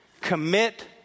commit